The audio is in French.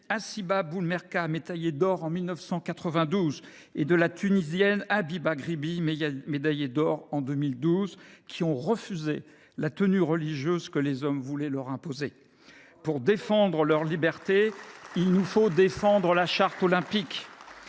Hassiba Boulmerka, médaillée d’or en 1992, et de la Tunisienne Habiba Ghribi, médaillée d’or en 2012. Toutes trois ont refusé la tenue religieuse que les hommes voulaient leur imposer. Pour défendre leur liberté, il nous faut défendre la Charte olympique.